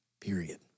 period